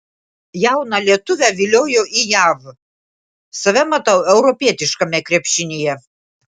jauną lietuvę viliojo į jav save matau europietiškame krepšinyje